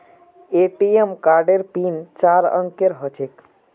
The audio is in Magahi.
ए.टी.एम कार्डेर पिन चार अंकेर ह छेक